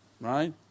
right